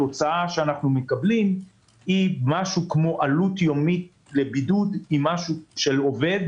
התוצאה שאנחנו מקבלים כעלות יומית לבידוד של עובד